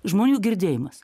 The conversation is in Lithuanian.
žmonių girdėjimas